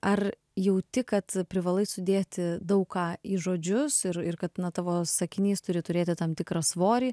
ar jauti kad privalai sudėti daug ką į žodžius ir ir kad nuo tavo sakinys turi turėti tam tikrą svorį